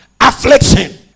Affliction